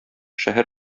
шәһәр